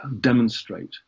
demonstrate